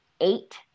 eight